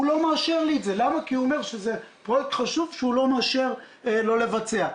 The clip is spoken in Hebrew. הוא לא מאשר את זה כי הוא אומר שזה פרויקט חשוב שהוא לא מאשר לא לבצע.